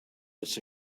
this